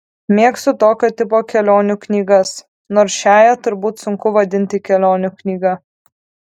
mėgstu tokio tipo kelionių knygas nors šiąją turbūt sunku vadinti kelionių knyga